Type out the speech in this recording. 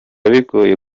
bigoye